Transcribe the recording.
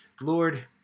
Lord